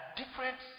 different